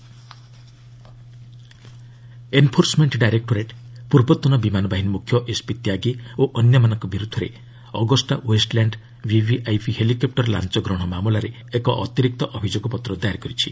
ED charges enforcement directorate ପୂର୍ବତନ ବିମାନ ବାହିନୀ ମ୍ରଖ୍ୟ ଏସ୍ପି ତ୍ୟାଗୀ ଓ ଅନ୍ୟମାନଙ୍କ ବିର୍ଦ୍ଧରେ ଅଗଷ୍ଟା ଓ୍ବେଷ୍ଟଲ୍ୟାଣ୍ଡ ଭିଭିଆଇପି ହେଲିକପୁର ଲାଞ୍ଚ ଗ୍ରହଣ ମାମଲାରେ ଏକ ଅତିରିକ୍ତ ଅଭିଯୋଗପତ୍ର ଦାଏର କରିଛି